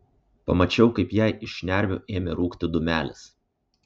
pamačiau kaip jai iš šnervių ėmė rūkti dūmelis